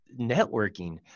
networking